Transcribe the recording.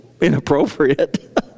inappropriate